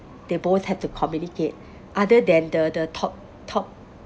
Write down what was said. they both have to communicate other than the the top top